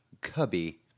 Cubby